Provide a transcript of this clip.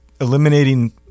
Eliminating